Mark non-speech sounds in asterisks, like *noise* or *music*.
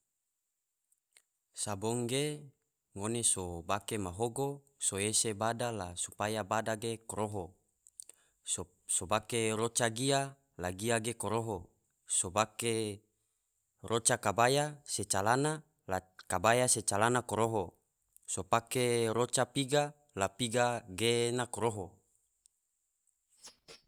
Sabong ge ngone so bake mahogo so ese bada la bada ge koroho, so bake roca gia la gia ge koroho, sobake roca kabaya se calana la kabaya se calana koroho, so pake roca piga la piga ge ena koroho. *noise*